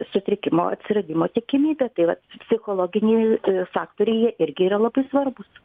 sutrikimo atsiradimo tikimybė tai vat psichologiniai faktoriai jie irgi yra labai svarbūs